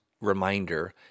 reminder